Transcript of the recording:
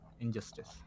injustice